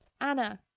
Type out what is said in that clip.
Anna